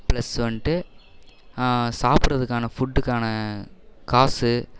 plus வந்துட்டு சாப்புடுறதுக்கான ஃபுட்டுக்கான காசு